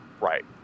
Right